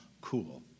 cool